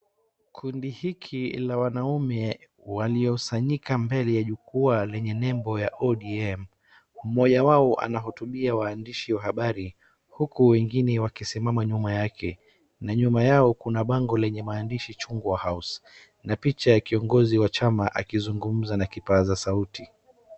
Kundi hiki la wanaume waliosanyika mbele ya jukua lenye nembo ya ODM.Mmoja wao anahutubia wandishi wahabari huku wengine wakisimama nyuma yake. Na nyuma yao kuna bango lenye maandishi Chungwa House na picha ya kiongozi wa chama akizungumza na kipaza sauti.